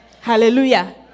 Hallelujah